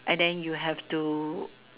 and then you have to